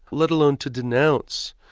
let alone to denounce,